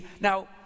Now